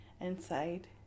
inside